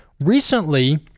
recently